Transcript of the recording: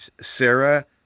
Sarah